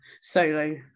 solo